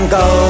go